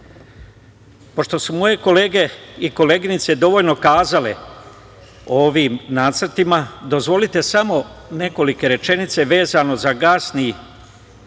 Vučić. Pošto su moje kolege i koleginice dovoljno kazale o ovim nacrtima, dozvolite samo nekoliko rečenica vezano za gasni